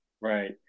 Right